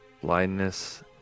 Blindness